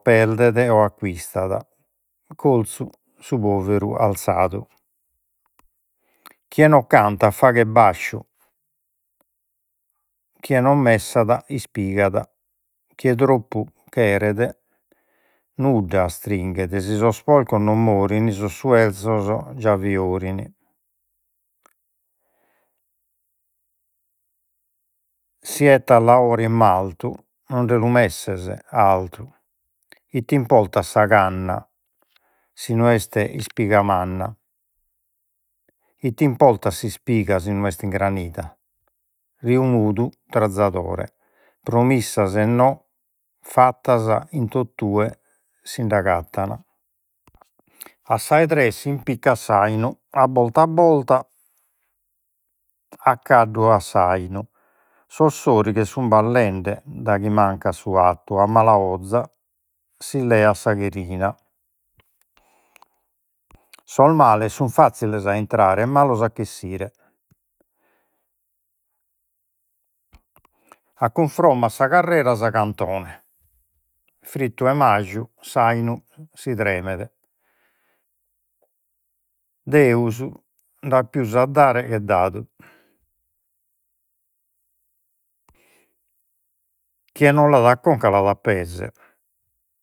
Perdet. Corzu su poveru alzadu, chie no cantat faghet basciu, chie no messat ispigat, chie troppu cheret nudda astringhet, si sos porcos non morin, sos già fiorin. Si 'ettas laore in martu nonde lu messes artu, ite importat sa canna si no est ispiga manna, ite importat s'ispiga si no est ingranida. Riu mudu promissas fattas in tott'ue si nd'agattan, a sa 'e tres s'impiccat s'ainu, a borta a borta caddu a s'ainu, sos sorighes sun ballende daghi mancat su 'attu. A mala 'oza si leat sa cherina. Sos males sun fazziles a intrare e malos a ch'essire, a cunfromma a sa carrera sa cantone, frittu 'e maju s'ainu si tremet, deus ndat pius a dare che dadu, chie no l'at a conca l'at a pes.